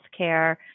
healthcare